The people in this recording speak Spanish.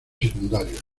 secundarios